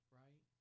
right